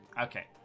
Okay